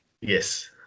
Yes